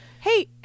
Hey